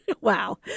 Wow